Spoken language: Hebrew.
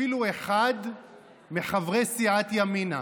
אפילו אחד מחברי סיעת ימינה.